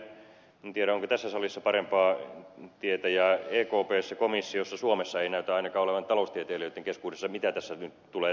minä en tiedä en tiedä onko tässä salissa parempaa tietäjää ekpssä komissiossa suomessa ei näytä ainakaan olevan taloustieteilijöitten keskuudessa tietoa mitä tässä nyt tulee tapahtumaan